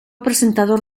presentador